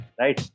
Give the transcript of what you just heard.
right